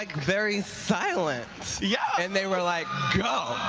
very silent. yeah and they were like go!